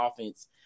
offense